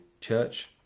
church